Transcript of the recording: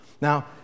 Now